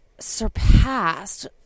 Surpassed